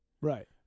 right